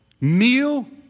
meal